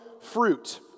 fruit